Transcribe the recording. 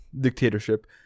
dictatorship